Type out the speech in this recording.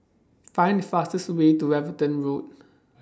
Find The fastest Way to Everton Road